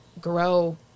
grow